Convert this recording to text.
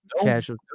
casual